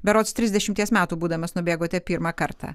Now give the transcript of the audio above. berods trisdešimties metų būdamas nubėgote pirmą kartą